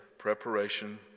preparation